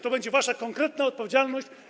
To będzie wasza konkretna odpowiedzialność.